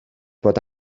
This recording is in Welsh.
bod